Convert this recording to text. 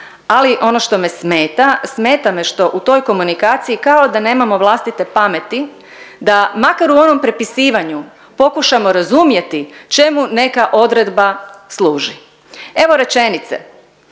ali ono što me smeta, smeta me što u toj komunikaciji kao da nemamo vlastite pameti da makar u onom prepisivanju pokušamo razumjeti čemu neka odredba služi. Evo rečenice,